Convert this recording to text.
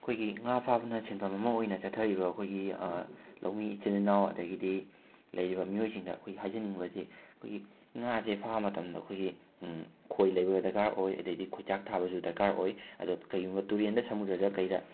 ꯑꯩꯈꯣꯏꯒꯤ ꯉꯥ ꯐꯥꯕꯅ ꯁꯤꯟꯐꯝ ꯑꯃ ꯑꯣꯏꯅ ꯆꯠꯊꯔꯤꯕ ꯑꯩꯈꯣꯏꯒꯤ ꯂꯧꯃꯤ ꯏꯆꯤꯜ ꯏꯅꯥꯎ ꯑꯗꯒꯤꯗꯤ ꯂꯩꯔꯤꯕ ꯃꯤꯑꯣꯏꯁꯤꯡꯗ ꯑꯩꯈꯣꯏ ꯍꯥꯏꯖꯅꯤꯡꯕꯗꯤ ꯑꯩꯈꯣꯏꯒꯤ ꯉꯥꯁꯦ ꯐꯥꯕ ꯃꯇꯝꯗ ꯑꯩꯈꯣꯏꯒꯤ ꯈꯣꯏ ꯂꯩꯕ ꯗꯔꯀꯥꯔ ꯑꯣꯏ ꯑꯗꯒꯤꯗꯤ ꯈꯣꯏꯆꯥꯛ ꯊꯥꯕꯁꯨ ꯗꯔꯀꯥꯔ ꯑꯣꯏ ꯑꯗꯣ ꯀꯩꯌꯨꯝꯕ ꯇꯨꯔꯦꯜꯗ ꯁꯃꯨꯗ꯭ꯔꯗ ꯀꯩꯗ